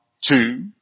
two